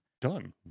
Done